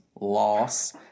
Loss